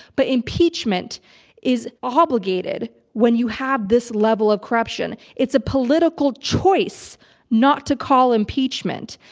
but impeachment is obligated when you have this level of corruption. it's a political choice not to call impeachment,